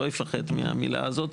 לא לפחד מהמילה הזאת.